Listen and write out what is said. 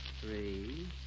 three